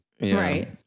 right